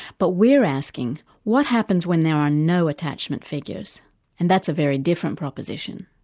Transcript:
but we're asking what happens when there are no attachment figures and that's a very different proposition.